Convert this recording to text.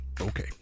okay